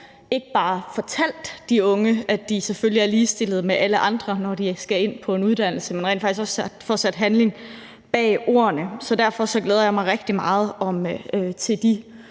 ikke bare får fortalt de unge, at de selvfølgelig er ligestillede med alle andre, når de skal ind på en uddannelse, men rent faktisk også får sat handling bag ordene. Så derfor glæder jeg mig rigtig meget til de